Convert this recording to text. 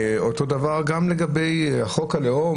אותו דבר גם לגבי חוק הלאום,